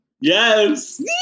Yes